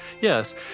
yes